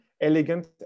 elegant